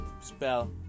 spell